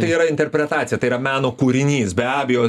tai yra interpretacija tai yra meno kūrinys be abejo